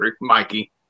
Mikey